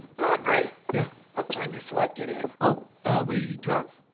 padre. yeah what time'd your flight get in? oh we drove.